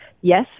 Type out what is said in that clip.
yes